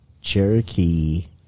Cherokee